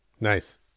Nice